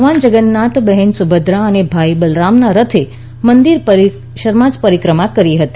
ભગવાન જગન્નાથ બહેન સુભદ્રા અને ભાઇ બલરામના રથે મંદિર પરિસરમાં પરિક્રમા કરી હતી